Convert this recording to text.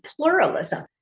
pluralism